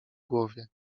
głowie